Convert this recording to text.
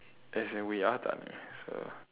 as in we are done so